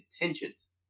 intentions